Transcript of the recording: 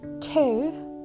two